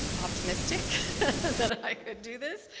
optimistic that i could do this.